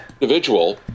Individual